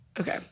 Okay